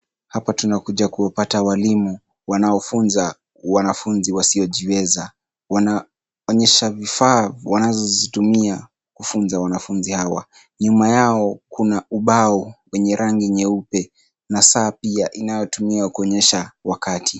Hapa tunakuja kuwapata walimu wanaofunza wanafunzi wasiojiweza. Wanaonyesha vifaa wanazozitumia kufunza wanafunzi hawa. Nyuma yao kuna ubao wenye rangi nyeupe na saa pia inayotumiwa kuonyesha wakati.